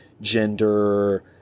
gender